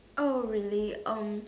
oh really um